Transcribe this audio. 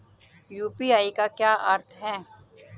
UPI का क्या अर्थ है?